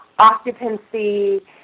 occupancy